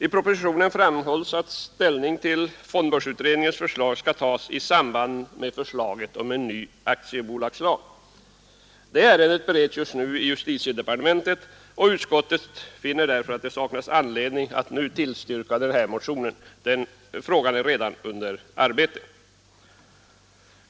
I propositionen framhålls att ställning till fondbörsutredningens förslag skall tas i samband med behandlingen av förslaget om en ny aktiebolagslag. Det ärendet bereds just nu i justitiedepartementet, och utskottet finner därför att det saknas anledning att nu tillstyrka denna motion. Frågan är redan under behandling.